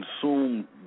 consume